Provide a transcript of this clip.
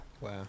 Wow